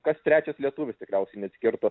kas trečias lietuvis tikriausiai neatskirtų